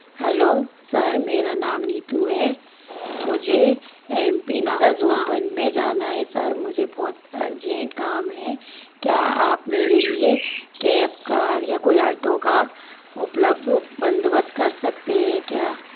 hello sir मेरा नाम नीतू है मुझे एम पी नगर सोनभद्र में जाना है सर मुझे बहुत अर्जेन्ट काम है क्या आप मेरे लिए कैब कार या कोई आटो का उपलब्ध बंदोबस्त कर सकते हैं क्या